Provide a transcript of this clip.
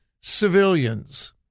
civilians